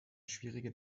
schwierige